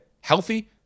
Healthy